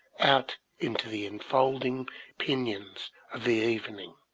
out into the enfolding pinions of the evening,